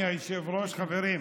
חברים,